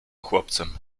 chłopcem